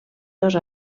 dos